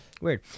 Weird